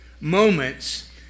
moments